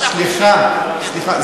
סליחה, סליחה.